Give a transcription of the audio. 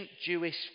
Jewish